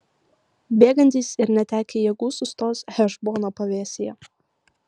bėgantys ir netekę jėgų sustos hešbono pavėsyje